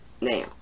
Now